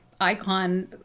icon